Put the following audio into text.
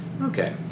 Okay